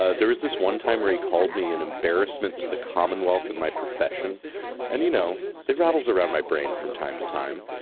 ah there is this one time he called me an embarrassment to the commonwealth and my profession and you know it rattles around my brain from time to time.